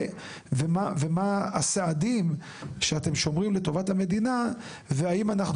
ומה עשה הדין שאתם שומרים לטובת המדינה והאם אנחנו